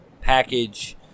package